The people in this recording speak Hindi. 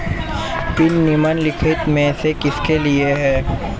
पिन निम्नलिखित में से किसके लिए है?